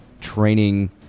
training